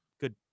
good